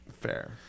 fair